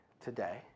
today